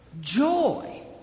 joy